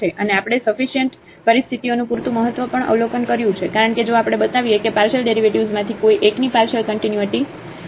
અને આપણે સફી સીઅનટ પરિસ્થિતિઓનું પૂરતું મહત્વ પણ અવલોકન કર્યું છે કારણ કે જો આપણે બતાવીએ કે પાર્શિયલ ડેરિવેટિવ્ઝમાંથી કોઈ એકની પાર્શિયલ કન્ટિન્યુટી